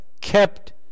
kept